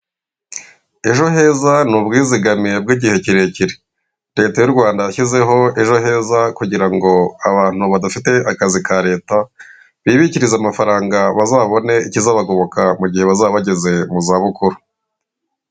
Ejo heza ni ubwizigamire bw'igihe kirekire leta y'u rwanda yashyizeho ejo heza kugira ngo abantu badafite akazi ka leta bibikirize amafaranga bazabone ikizabagoboka mu gihe bazaba bageze mu zabukuru.